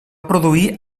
produir